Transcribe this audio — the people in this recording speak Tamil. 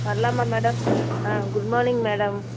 வரலாமா மேடம் ஆ குட் மானிங் மேடம்